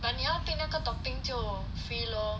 but 你要 take 那个 topping 就 free lor